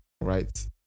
right